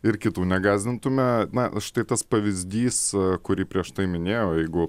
ir kitų negąsdintume na štai tas pavyzdys kurį prieš tai minėjau jeigu